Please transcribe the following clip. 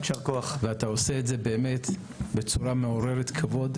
אתה עושה את זה בצורה מעוררת כבוד,